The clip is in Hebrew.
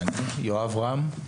יואב רם,